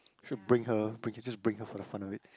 should bring her bring just bring her for the fun of it